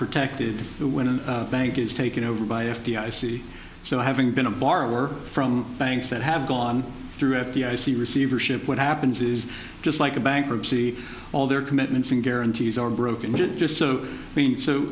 protected when a bank is taken over by f d i c so having been a borrower from banks that have gone through f d i c receivership what happens is just like a bankruptcy all their commitments and guarantees are broken just so i mean so